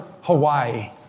Hawaii